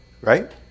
right